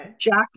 jack